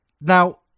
Now